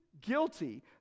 guilty